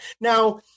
Now